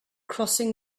crossing